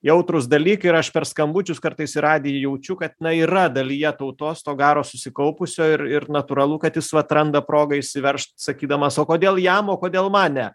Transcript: jautrūs dalykai ir aš per skambučius kartais į radiją jaučiu kad na yra dalyje tautos to garo susikaupusio ir ir natūralu kad jis vat randa progą išsiveržt sakydamas o kodėl jam o kodėl man ne